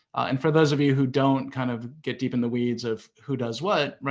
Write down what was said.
and, for those of you who don't kind of get deep in the weeds of who does what,